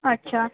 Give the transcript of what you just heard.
اچھا